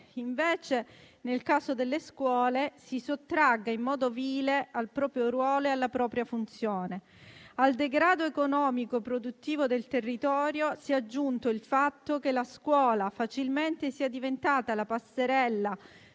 invece nel caso delle scuole si sottragga in modo vile al proprio ruolo e alla propria funzione. Al degrado economico e produttivo del territorio si è aggiunto il fatto che la scuola facilmente sia diventata la passerella